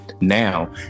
now